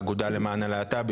באגודה למען הלהט״ב,